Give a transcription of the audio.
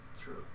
True